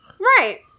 Right